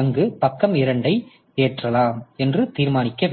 அங்கு பக்கம் 2 ஐ ஏற்றலாம் என்று தீர்மானிக்க வேண்டும்